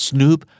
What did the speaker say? Snoop